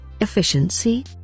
Efficiency